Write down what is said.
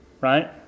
right